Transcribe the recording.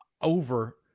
over –